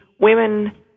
women